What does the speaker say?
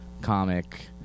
comic